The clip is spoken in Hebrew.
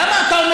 למה אתה אומר